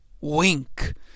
Wink